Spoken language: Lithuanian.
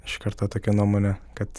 iš karto tokia nuomonė kad